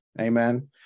amen